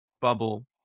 bubble